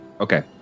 Okay